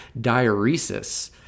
diuresis